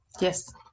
Yes